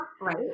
Right